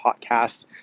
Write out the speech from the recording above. podcast